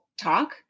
talk